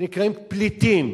שנקראים פליטים.